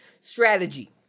strategy